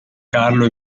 carlo